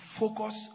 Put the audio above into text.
focus